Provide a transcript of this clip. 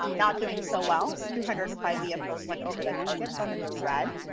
not doing so well, two hundred and five vehicles went over the target, so i'm in the red.